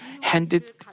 handed